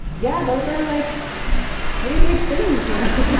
yeah, those are like pretty big things, you know? but